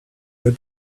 der